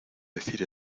decir